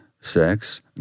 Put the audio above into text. sex